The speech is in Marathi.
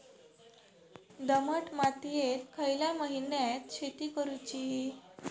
दमट मातयेत खयल्या महिन्यात शेती करुची?